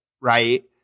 right